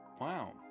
Wow